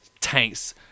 tanks